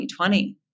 2020